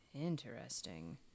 Interesting